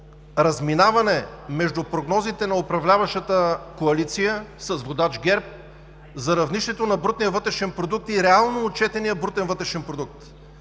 разминаване между прогнозите на управляващата коалиция с водач ГЕРБ за равнището на брутния вътрешен продукт и реално отчетения брутен вътрешен продукт.